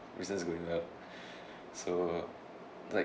business going well so like